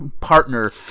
partner